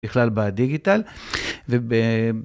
בכלל בדיגיטל וב-.